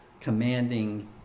commanding